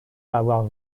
avoir